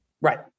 right